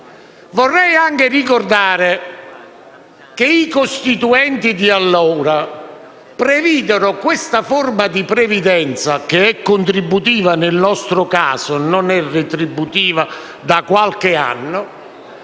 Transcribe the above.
Vorrei anche ricordare che i costituenti di allora previdero questa forma di previdenza (che è contributiva, nel nostro caso, e non retributiva, da qualche anno)